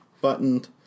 buttoned